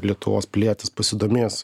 lietuvos pilietis pasidomės